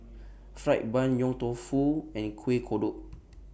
Fried Bun Yong Tau Foo and Kuih Kodok